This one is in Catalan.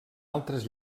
altres